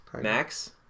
Max